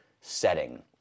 setting